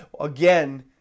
again